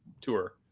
tour